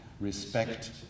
respect